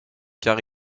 car